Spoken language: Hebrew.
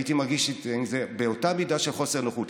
הייתי מרגיש עם זה אותה מידה של חוסר נוחות.